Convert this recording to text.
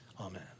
Amen